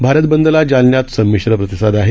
भारतबंदलाजालन्यातसंमिश्रप्रतिसादआहे